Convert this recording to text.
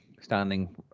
standing